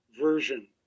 version